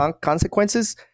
consequences